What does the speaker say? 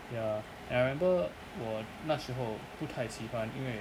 ya and I remember 我那时候不太喜欢因为